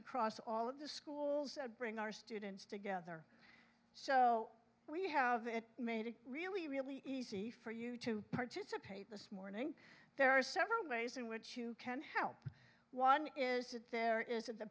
across all of the schools that bring our students together so we have it made it really really easy for you to participate this morning there are several ways in which you can help one is that there is at the